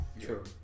True